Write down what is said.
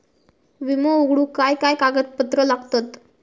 विमो उघडूक काय काय कागदपत्र लागतत?